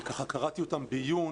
אני ככה קראתי אותן בעיון,